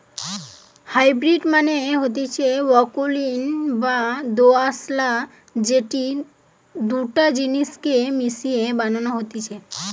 hybrid মানে হতিছে অকুলীন বা দোআঁশলা যেটি দুটা জিনিস কে মিশিয়ে বানানো হতিছে